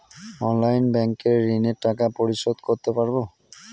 অনলাইনে ব্যাংকের ঋণের টাকা পরিশোধ করতে পারবো?